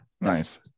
Nice